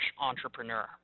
entrepreneur